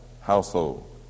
household